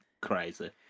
crazy